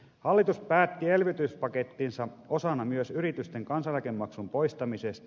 hallitus päätti elvytyspakettinsa osana myös yritysten kansaneläkemaksun poistamisesta